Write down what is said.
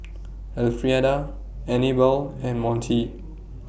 Elfrieda Anibal and Monty